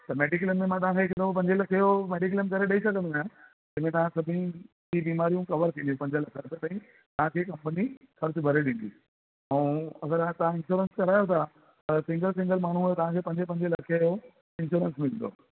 mediclaim में मां तव्हांखे हिक दफ़े पंजे लखे जो मेडिक्लेम करे ॾेई सघंदो आहियां जंहिं में तव्हां सभिनी जी बीमारियूं कवर थींदी पंजे लखे ताईं तव्हांखे कंपनी ख़र्च भरे ॾींदी ऐं अगरि तव्हां इश्योरंस करायो था सिंगल सिंगल माण्हूअ जो तव्हांखे पंजे पंजे लखे जो इश्योरंस मिलंदो